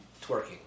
Twerking